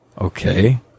Okay